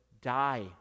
die